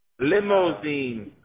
Limousine